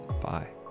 Bye